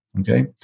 Okay